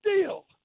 deal